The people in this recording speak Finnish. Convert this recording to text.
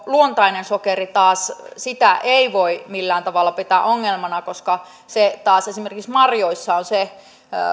luontaista sokeria taas ei voi millään tavalla pitää ongelmana koska se taas esimerkiksi marjoissa on se